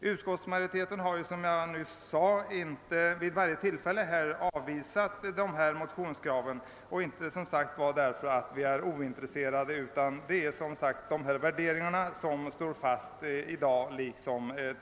: Utskottsmajoriteten har, som jag nyss nämnde, vid varje tillfälle avvisat motionskraven, inte därför att vi skulle vara ointresserade, utan därför att de tidigare värderingarna fortfarande gäller.